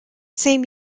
same